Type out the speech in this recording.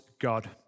God